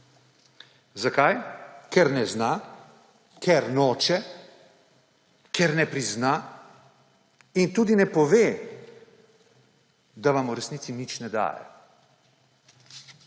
Zakaj? Ker ne zna. Ker noče. Ker ne prizna in tudi ne pove, da vam v resnici nič ne daje.